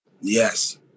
Yes